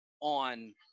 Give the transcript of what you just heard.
on –